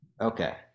Okay